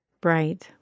bright